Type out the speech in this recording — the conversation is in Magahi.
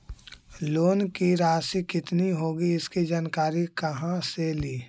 लोन की रासि कितनी होगी इसकी जानकारी कहा से ली?